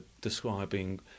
describing